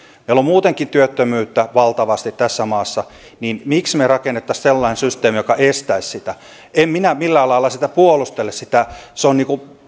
meillä on muutenkin valtavasti työttömyyttä tässä maassa niin miksi me rakentaisimme sellaisen systeemin joka estäisi sen en minä millään lailla sitä puolustele